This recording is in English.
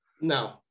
No